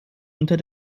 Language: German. unter